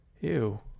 Ew